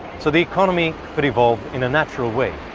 so the economy could evolve in a natural way.